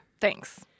thanks